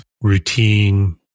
routine